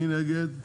מי נגד?